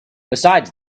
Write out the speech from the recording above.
besides